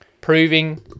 proving